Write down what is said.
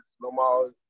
normal